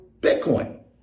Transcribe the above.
Bitcoin